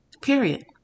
Period